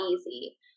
easy